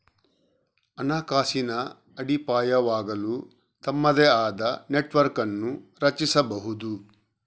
ಹಣಕಾಸಿನ ಅಡಿಪಾಯವಾಗಲು ತಮ್ಮದೇ ಆದ ನೆಟ್ವರ್ಕ್ ಅನ್ನು ರಚಿಸಬಹುದು